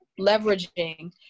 leveraging